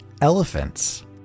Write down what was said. Elephants